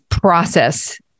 Process